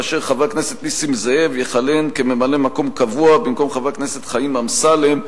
חבר הכנסת נסים זאב יכהן כממלא-מקום קבוע במקום חבר הכנסת חיים אמסלם,